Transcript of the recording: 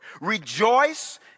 Rejoice